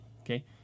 Okay